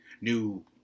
new